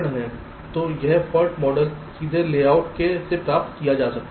तो यह fault model सीधे लेआउट से प्राप्त किया जा सकता है